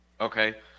okay